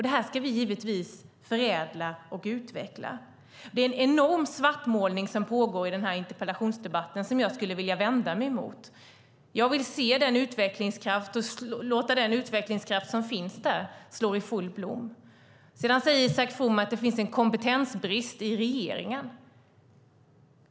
Det här ska vi givetvis förädla och utveckla. Det är en enorm svartmålning som pågår i den här interpellationsdebatten som jag skulle vilja vända mig mot. Jag vill se utvecklingskraft och låta den utvecklingskraft som finns där slå ut i full blom. Isak From säger att det finns en kompetensbrist i regeringen.